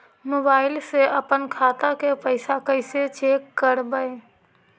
Mobile से अपन खाता के पैसा कैसे चेक करबई?